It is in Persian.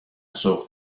سوق